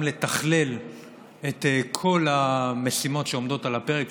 לתכלל את כל המשימות שעומדות על הפרק.